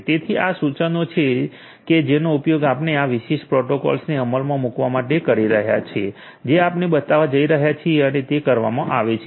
તેથી આ સૂચનો છે કે જેનો ઉપયોગ આપણે આ વિશેષ પ્રોટોકોલને અમલમાં મૂકવા માટે કરી રહ્યા છે જે આપણે બતાવવા જઈ રહ્યા છીએ અને તે કરવામાં આવે છે